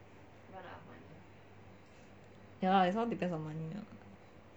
ya lah it's all depends on money lah